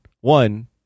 One